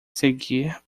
seguir